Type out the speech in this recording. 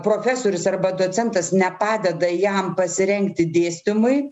profesorius arba docentas nepadeda jam pasirengti dėstymui